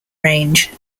range